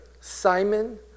Simon